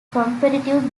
competitive